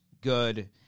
good